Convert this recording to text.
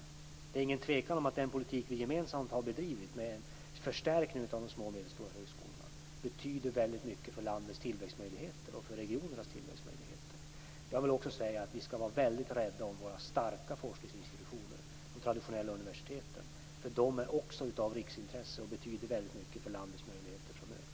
Det är ingen tvekan om att den politik vi gemensamt har bedrivit med en förstärkning av de små och medelstora höskolorna betyder väldigt mycket för landets och för regionernas tillväxtmöjligheter. Jag vill också säga att vi skall vara väldigt rädda om våra starka forskningsinstitutioner, de traditionella universiteten. De är också av riksintresse och betyder väldigt mycket för landets möjligheter framöver.